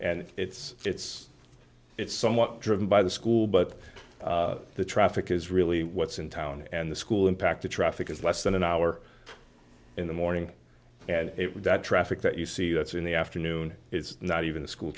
and it's it's it's somewhat driven by the school but the traffic is really what's in town and the school impact the traffic is less than an hour in the morning and that traffic that you see that's in the afternoon it's not even the school